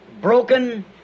broken